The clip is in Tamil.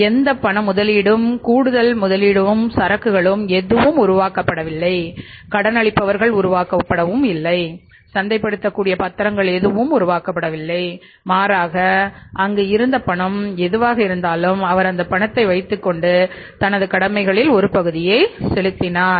எந்த பண முதலீடுகூடுதல் முதலீடு சரக்குகள் எதுவும் உருவாக்கப்படவில்லை கடனளிப்பவர்கள் உருவாக்கப்படவில்லை சந்தைப்படுத்தக்கூடிய பத்திரங்கள் எதுவும் உருவாக்கப்படவில்லை மாறாக அங்கு இருந்த பணம் எதுவாக இருந்தாலும் அவர் அந்தபணத்தை வைத்துக் கொண்டு தனதுகடமைகளில் ஒரு பகுதியை செலுத்தினார்